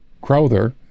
Crowther